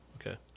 Okay